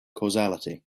causality